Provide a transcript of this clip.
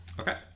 Okay